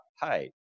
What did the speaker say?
hey